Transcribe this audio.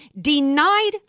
denied